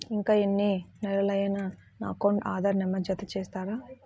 ఇంకా ఎన్ని నెలలక నా అకౌంట్కు ఆధార్ నంబర్ను జత చేస్తారు?